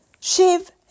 Shiv